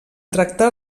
tractar